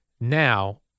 Now